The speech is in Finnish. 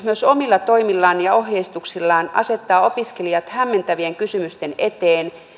myös hallitus omilla toimillaan ja ohjeistuksillaan asettaa opiskelijat hämmentävien kysymysten eteen